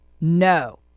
no